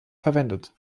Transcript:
verwendet